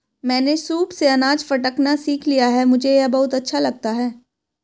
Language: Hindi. मैंने सूप से अनाज फटकना सीख लिया है मुझे यह बहुत अच्छा लगता है